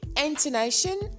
Intonation